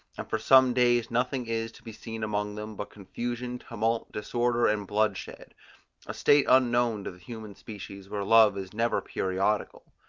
and for some days nothing is, to be seen among them but confusion, tumult, disorder and bloodshed a state unknown to the human species where love is never periodical.